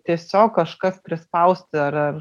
tiesiog kažkas prispausti ar ar